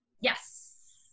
Yes